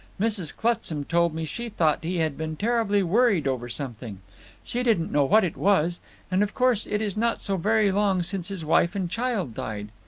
mrs. clutsam told me she thought he had been terribly worried over something she didn't know what it was and of course it is not so very long since his wife and child died.